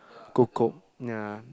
Kukup ya